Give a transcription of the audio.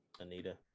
Anita